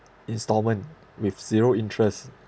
instalment with zero interest